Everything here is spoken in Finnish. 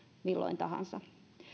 milloin tahansa